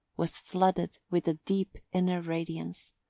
was flooded with a deep inner radiance.